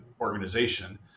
organization